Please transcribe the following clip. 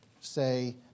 say